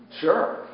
Sure